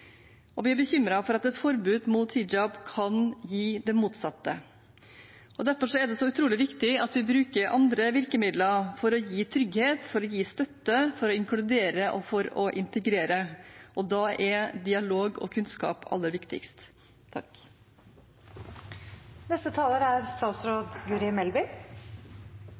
Vi er bekymret for at et forbud mot hijab kan gi det motsatte. Derfor er det så utrolig viktig at vi bruker andre virkemidler for å gi trygghet, for å gi støtte, for å inkludere og for å integrere, og da er dialog og kunnskap aller viktigst.